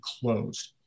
closed